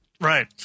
Right